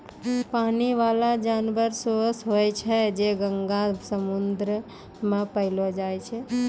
पानी बाला जानवर सोस होय छै जे गंगा, समुन्द्र मे पैलो जाय छै